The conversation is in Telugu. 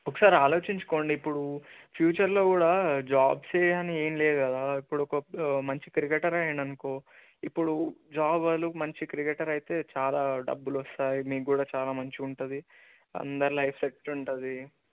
ఒకసారి ఆలోచించుకోండి ఇప్పుడు ఫ్యూచర్లో కూడా జాబ్సే అని ఏం లేదు కదా ఇప్పుడు ఒక మంచి క్రికెటర్ అయ్యాడు అనుకో ఇప్పుడు జాబ్ వాళ్ళు మంచి క్రికెటర్ అయితే చాలా డబ్బులు వస్తాయి మీకు చాలా మంచిగా ఉంటుంది అందరి లైఫు సెట్టు ఉంటుంది